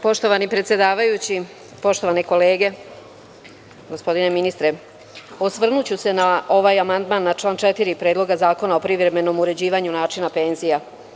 Poštovani predsedavajući, poštovane kolege, gospodine ministre, osvrnuću se na ovaj amandman, na član 4. Predloga zakona o privremenom uređivanju načina penzija.